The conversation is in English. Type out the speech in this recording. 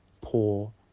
poor